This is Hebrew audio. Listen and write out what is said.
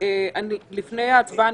לפני ההצבעה,